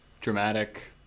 dramatic